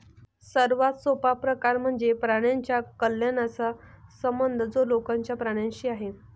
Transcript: सर्वात सोपा प्रकार म्हणजे प्राण्यांच्या कल्याणाचा संबंध जो लोकांचा प्राण्यांशी आहे